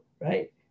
Right